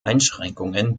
einschränkungen